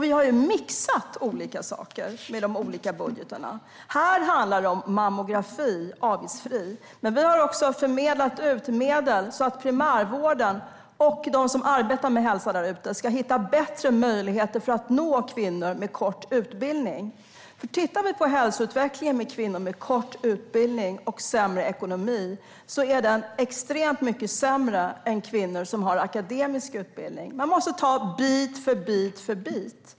Vi har mixat olika saker med de olika budgetarna. Här handlar det om avgiftsfri mammografi. Men vi har också förmedlat medel så att primärvården och de som arbetar med hälsa ska hitta bättre möjligheter att nå kvinnor med kort utbildning. Hälsoutvecklingen för kvinnor med kort utbildning och sämre ekonomi är extremt mycket sämre än för kvinnor som har akademisk utbildning. Man måste ta bit för bit.